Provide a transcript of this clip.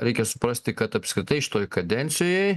reikia suprasti kad apskritai šitoj kadencijoj